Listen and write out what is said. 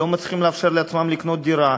לא מצליחים לאפשר לעצמם לקנות דירה,